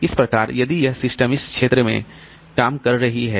इस प्रकार यदि यह सिस्टम इस क्षेत्र में काम कर रही है